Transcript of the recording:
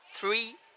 three